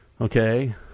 Okay